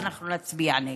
ואנחנו נצביע נגד.